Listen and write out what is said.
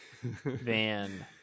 Van